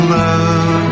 love